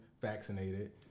vaccinated